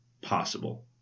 possible